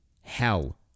hell